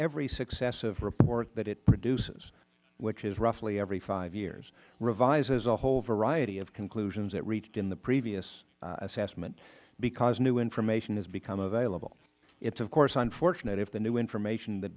every successive report that it produces which is roughly every five years revises a whole variety of conclusions it reached in the previous assessment because new information has become available it is of course unfortunate if the new information that